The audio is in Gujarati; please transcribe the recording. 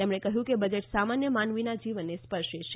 તેમણે કહ્યું કે બજેટ સામાન્ય માનવીના જીવનને સ્પર્શે છે